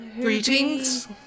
Greetings